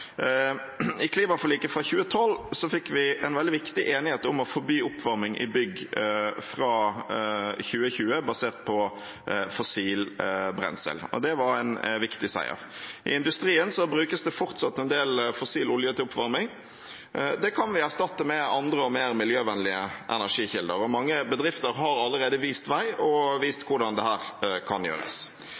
I klimaforliket fra 2012 fikk vi en veldig viktig enighet om å forby oppvarming i bygg basert på fossilt brensel fra 2020. Det var en viktig seier. I industrien brukes det fortsatt en del fossil olje til oppvarming. Det kan vi erstatte med andre og mer miljøvennlige energikilder. Mange bedrifter har allerede vist vei og vist hvordan det kan gjøres.